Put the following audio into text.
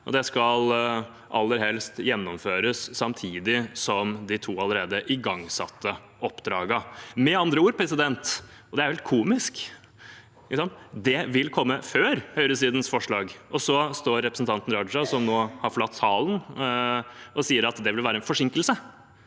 det skal aller helst gjennomføres samtidig som de to allerede igangsatte oppdragene. Med andre ord – og det er helt komisk – vil det komme før høyresidens forslag, og så står representanten Raja, som nå har forlatt salen, og sier at det vil være en forsinkelse.